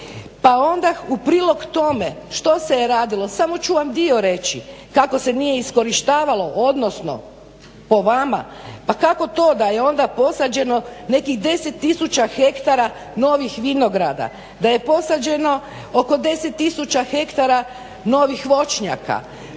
Pa onda u prilog tome što se je radilo, samo ću vam dio reći, kako se nije iskorištavalo odnosno po vama, pa kako to da je onda posađeno nekih deset tisuća hektara novih vinograda, da je posađeno oko deset tisuća novih voćnjaka,